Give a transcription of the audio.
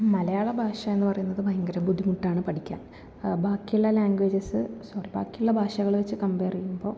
മലയാള ഭാഷ എന്ന് പറയുന്നത് ഭയങ്കര ബുദ്ധിമുട്ടാണ് പഠിക്കാൻ ബാക്കിയുള്ള ലാംഗ്വേജസ് സോറി ബാക്കിയുള്ള ഭാഷകൾ വച്ച് കമ്പയറ് ചെയ്യുമ്പോൾ